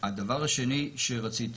הדבר השני שרציתי,